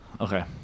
okay